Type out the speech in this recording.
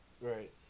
Right